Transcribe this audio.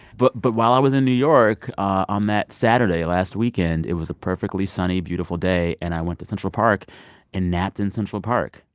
but but while i was in new york on that saturday last weekend, it was a perfectly sunny, beautiful day. and i went to central park and napped in central park.